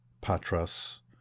Patras